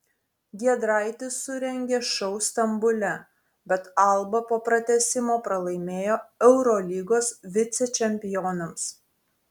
giedraitis surengė šou stambule bet alba po pratęsimo pralaimėjo eurolygos vicečempionams